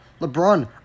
LeBron